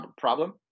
problem